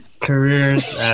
careers